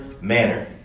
manner